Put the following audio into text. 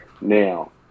Now